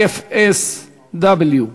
IFSW,